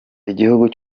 igihugu